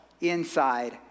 inside